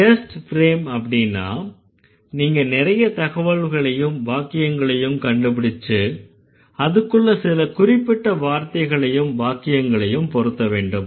test frame அப்படின்னா நீங்க நிறைய தகவல்களையும் வாக்கியங்களையும் கண்டு பிடிச்சு அதுக்குள்ள சில குறிப்பிட்ட வார்த்தைகளையும் வாக்கியங்களையும் பொருத்த வேண்டும்